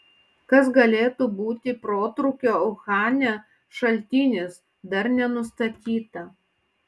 kas galėtų būti protrūkio uhane šaltinis dar nenustatyta